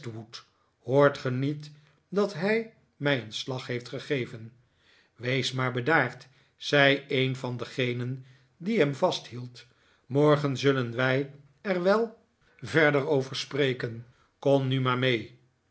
hoort ge niet dat hij mij een slag heeft gegeven wees maar bedaard zei een van degenen die hem vasthielden morgen zullen wij er wel verder over spreken kom nu maar mee